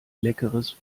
leckeres